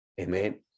Amen